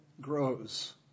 grows